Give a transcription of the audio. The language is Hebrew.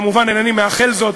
כמובן אינני מאחל זאת,